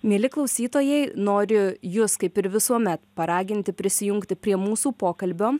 mieli klausytojai noriu jus kaip ir visuomet paraginti prisijungti prie mūsų pokalbio